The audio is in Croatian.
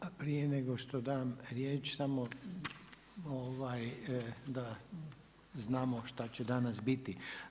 A prije nego što dam riječ samo da znamo šta će danas biti.